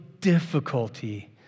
difficulty